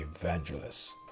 evangelists